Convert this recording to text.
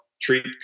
treat